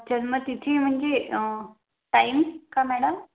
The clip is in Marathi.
जन्म तिथी म्हणजे टाईम का मॅडम